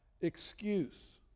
excuse